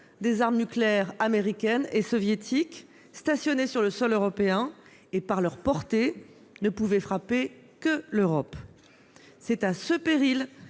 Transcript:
Des armes nucléaires américaines et soviétiques stationnées sur le sol européen, par leur portée, ne pouvaient frapper que l'Europe. C'est à ce péril